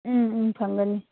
ꯎꯝ ꯎꯝ ꯐꯪꯒꯅꯤ